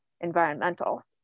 environmental